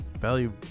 value